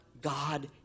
God